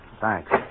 Thanks